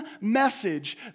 message